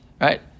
right